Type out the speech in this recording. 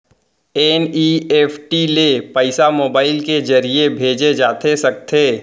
NEFT ले पइसा mobile के ज़रिए भेजे जाथे सकथे?